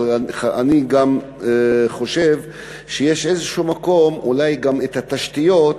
אבל אני גם חושב שיש איזשהו מקום אולי גם את התשתיות,